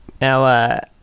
Now